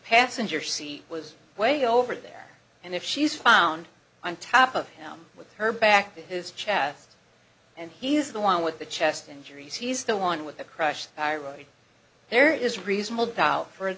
passenger seat was way over there and if she's found on top of him with her back to his chest and he is the one with the chest injuries he's the one with the crushed highroad there is reasonable